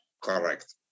Correct